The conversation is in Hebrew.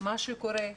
מה שקורה,